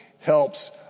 helps